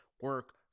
Work